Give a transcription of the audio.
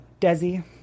Desi